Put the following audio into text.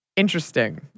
Interesting